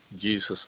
Jesus